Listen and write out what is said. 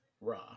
Raw